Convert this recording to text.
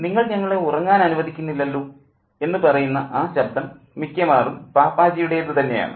നിങ്ങൾ ഞങ്ങളെ ഉറങ്ങാൻ അനുവദിക്കുന്നില്ലല്ലോ എന്ന് പറയുന്ന ആ ശബ്ദം മിക്കവാറും പാപ്പാജിയുടേതു തന്നെയാണ്